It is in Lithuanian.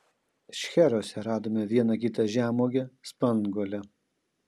šcheruose radome vieną kitą žemuogę spanguolę